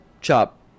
chop